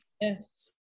Yes